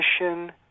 mission